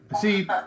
See